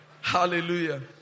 Hallelujah